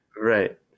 Right